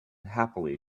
happily